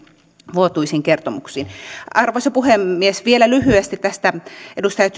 vuotuisiin kertomuksiin arvoisa puhemies vielä lyhyesti tästä edustaja